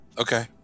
okay